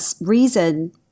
reason